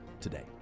today